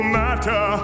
matter